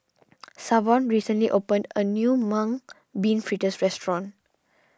Savon recently opened a new Mung Bean Fritters restaurant